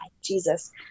Jesus